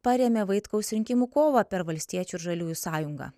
parėmė vaitkaus rinkimų kovą per valstiečių ir žaliųjų sąjungą